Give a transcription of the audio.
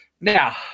Now